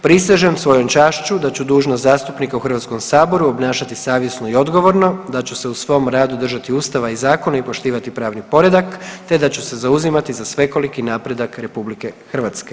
Prisežem svojom čašću da ću dužnost zastupnika u Hrvatskom saboru obnašati savjesno i odgovorno, da ću se u svom radu držati Ustava i zakona i poštivati pravni poredak te da ću se zauzimati za svekoliki napredak RH.